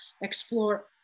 explore